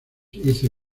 hizo